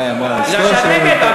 אמרה, אמרה אשתו של און בן פלת.